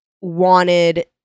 wanted